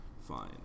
Fine